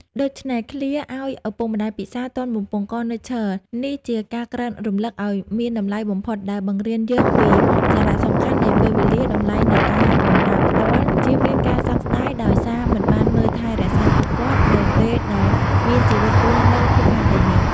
ដូច្នេះ ឃ្លា ឲ្យឪពុកម្តាយពិសារ ទាន់បំពង់ករនៅឈរ នេះជាការក្រើនរំលឹកដ៏មានតម្លៃបំផុតដែលបង្រៀនយើងពីសារៈសំខាន់នៃពេលវេលា តម្លៃនៃការបម្រើផ្ទាល់ ជៀសវាងការសោកស្តាយដោយសារមិនបានមើលថែរក្សាពួកគាត់នៅពេលដែលមានជីវិតរស់នៅភពផែនដីនេះ។